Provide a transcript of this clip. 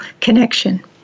connection